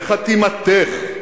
בחתימתך.